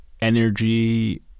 energy